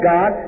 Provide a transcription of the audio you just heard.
God